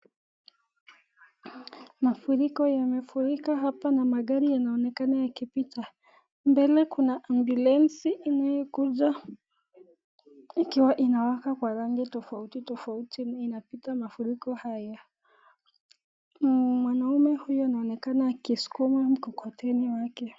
Mafuriko yamefurika hapa na magari yanaonekana yakipita, mbele kuna ambulensi inayokuja huku ikiwa inawaka kwa rangi tofauti tofauti katika mafuriko haya, mwanaume huyu anaokana akiskuma mkokoteni wake.